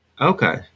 Okay